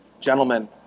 Gentlemen